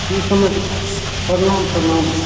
कि समधि परनाम परनाम